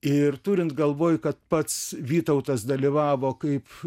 ir turint galvoj kad pats vytautas dalyvavo kaip